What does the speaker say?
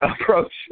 approach